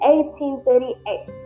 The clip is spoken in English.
1838